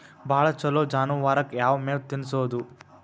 ಭಾಳ ಛಲೋ ಜಾನುವಾರಕ್ ಯಾವ್ ಮೇವ್ ತಿನ್ನಸೋದು?